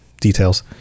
details